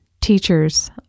teachers